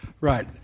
Right